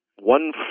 one